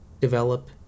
develop